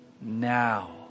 now